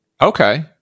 Okay